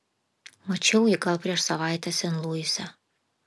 mačiau jį gal prieš savaitę sen luise